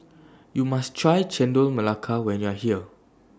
YOU must Try Chendol Melaka when YOU Are here